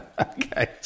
Okay